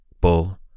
Bull